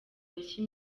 bashya